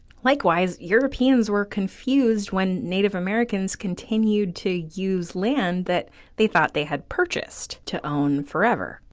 likewise, europeans were confused when native americans continued to use land that they thought they had purchased to own forever.